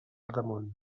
damunt